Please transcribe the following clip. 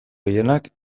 gehienak